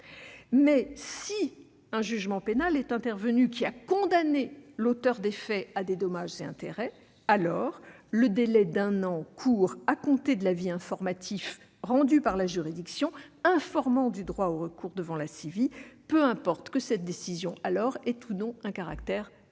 si un jugement pénal est intervenu, qui a condamné l'auteur des faits à des dommages et intérêts, alors, le délai d'un an court à compter de l'avis informatif rendu par la juridiction informant du droit au recours devant la CIVI, que cette décision ait ou non un caractère